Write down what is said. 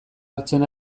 hartzen